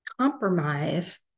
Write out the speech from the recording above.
compromise